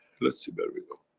let's see where we go.